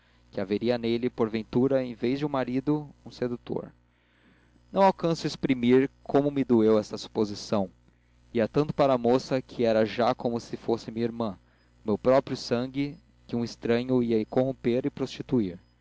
que haveria nele porventura em vez de um marido um sedutor não alcanço exprimir como me doeu esta suposição ia tanto para a moça que era já como se fosse minha irmã o meu próprio sangue que um estranho ia corromper e prostituir